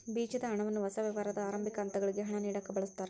ಬೇಜದ ಹಣವನ್ನ ಹೊಸ ವ್ಯವಹಾರದ ಆರಂಭಿಕ ಹಂತಗಳಿಗೆ ಹಣ ನೇಡಕ ಬಳಸ್ತಾರ